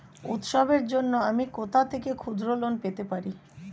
উৎসবের জন্য আমি কোথা থেকে ক্ষুদ্র লোন পেতে পারি?